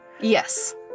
Yes